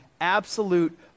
absolute